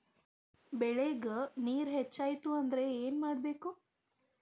ಬೆಳೇಗ್ ನೇರ ಹೆಚ್ಚಾಯ್ತು ಅಂದ್ರೆ ಏನು ಮಾಡಬೇಕು?